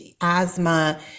asthma